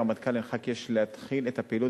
הרמטכ"ל הנחה כי יש להתחיל את הפעילות